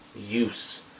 use